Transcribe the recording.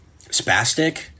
spastic